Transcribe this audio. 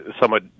Somewhat